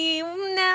Now